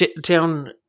down